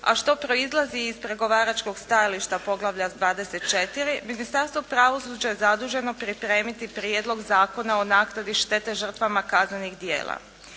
a što proizlazi iz pregovaračkog stajališta poglavlja 24. Ministarstvo pravosuđa je zaduženo pripremiti prijedlog zakona o naknadi štete žrtvama kaznenih dijela.